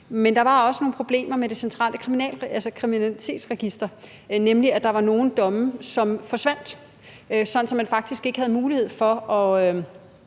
Men der var også nogle problemer med Det Centrale Kriminalitetsregister, nemlig at der var nogle domme, som forsvandt, sådan at man faktisk ikke havde mulighed for at